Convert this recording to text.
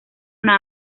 una